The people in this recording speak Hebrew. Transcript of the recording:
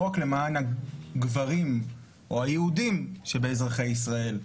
לא רק למען הגברים או היהודים שבאזרחי ישראל.